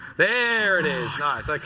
there it is. nice. like